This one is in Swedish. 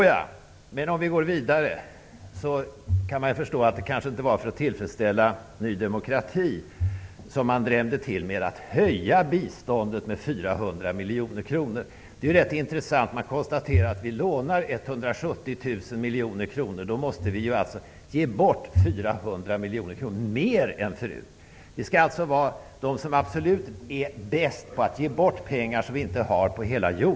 Jag kan förstå att det inte var för att tillfredsställa Ny demokrati som man drämde till och höjde biståndet med 400 miljoner kronor. Det är intressant att konstatera att om vi lånar 170 000 miljoner kronor måste vi ge bort 400 miljoner kronor mer än förut. Vi skall vara absolut bäst på hela jordklotet på att ge bort pengar som vi inte har!